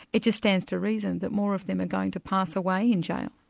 it just stands to reason that more of them are going to pass away in jail.